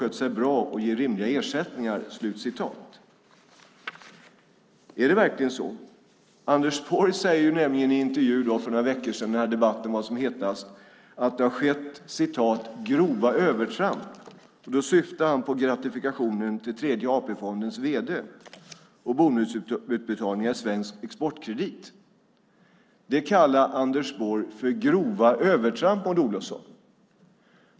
skött sig bra och ger rimliga ersättningar." Är det verkligen så? Anders Borg sade i en intervju för några veckor sedan, när debatten var som hetast, att det har skett "grova övertramp". Då syftade han på gratifikationen till Tredje AP-fondens vd och bonusutbetalningen i Svensk Exportkredit. Det kallade Anders Borg för grova övertramp, Maud Olofsson!